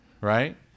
Right